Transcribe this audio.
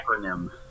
acronym